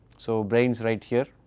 so brain is right here